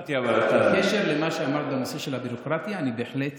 בקשר למה שאמרת בנושא של הביורוקרטיה, אני בהחלט